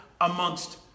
Amongst